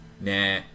Nah